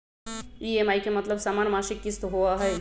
EMI के मतलब समान मासिक किस्त होहई?